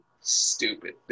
Stupid